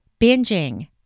binging